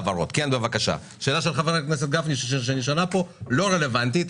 בבקשה השאלה של חבר הכנסת גפני שנשאלה פה לא רלוונטית.